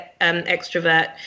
extrovert